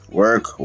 work